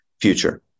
future